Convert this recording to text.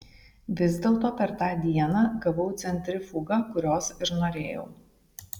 vis dėlto per tą dieną gavau centrifugą kurios ir norėjau